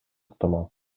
ыктымал